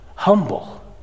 Humble